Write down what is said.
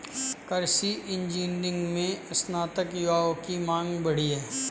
कृषि इंजीनियरिंग में स्नातक युवाओं की मांग बढ़ी है